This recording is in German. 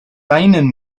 weinen